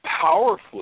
powerfully